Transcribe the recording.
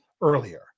earlier